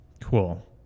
cool